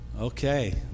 Okay